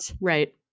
Right